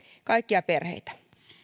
kaikkia perheitä